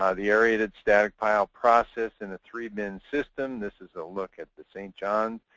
um the aerated static pile process in a three-bin system, this is a look at the st. john's.